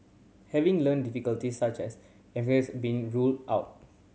have learning difficulties such as dyslexia been ruled out